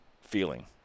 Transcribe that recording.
feeling